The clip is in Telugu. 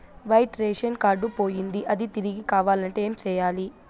వైట్ రేషన్ కార్డు పోయింది అది తిరిగి కావాలంటే ఏం సేయాలి